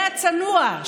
זה הצנוע,